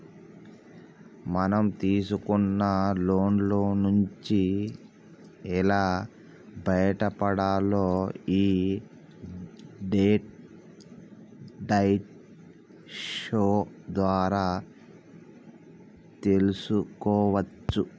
మనం తీసుకున్న లోన్ల నుంచి ఎలా బయటపడాలో యీ డెట్ డైట్ షో ద్వారా తెల్సుకోవచ్చు